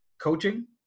coaching